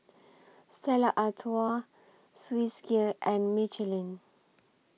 Stella Artois Swissgear and Michelin